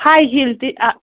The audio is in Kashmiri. ہاے ہیٖل تہِ آ